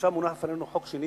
עכשיו מונח בפנינו חוק שני,